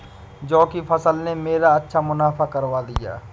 जौ की फसल ने मेरा अच्छा मुनाफा करवा दिया